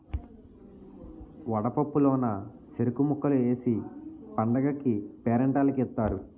వడపప్పు లోన సెరుకు ముక్కలు ఏసి పండగకీ పేరంటాల్లకి ఇత్తారు